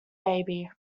baby